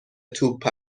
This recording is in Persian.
توپ